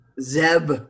Zeb